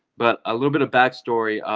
but a little bit of backstory.